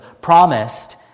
promised